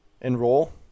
enroll